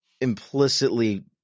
implicitly